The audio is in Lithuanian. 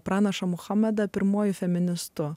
pranašą muhamedą pirmuoju feministu